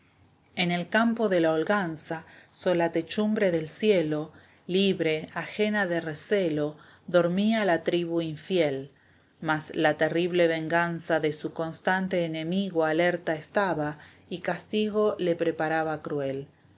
en el campo de la holganza sola techumbre del cielo libre ajena de recelo dormía la tribu infiel mas la terrible venganza de su constante enemigo alerta estaba y castigo le preparaba cruel